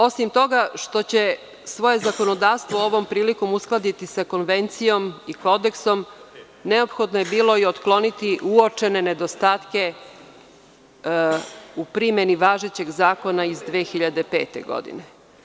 Osim toga što će svoje zakonodavstvo ovom prilikom uskladiti sa Konvencijom i kodeksom, neophodno je bilo i otkloniti uočene nedostatke u primeni važećeg zakona iz 2005. godine.